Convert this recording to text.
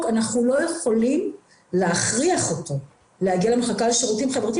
אנחנו לא יכולים להכריח אותו להגיע למחלקה לשירותים חברתיים.